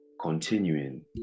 continuing